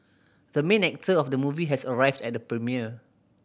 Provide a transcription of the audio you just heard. the main actor of the movie has arrived at the premiere